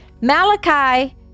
Malachi